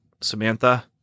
Samantha